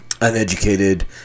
uneducated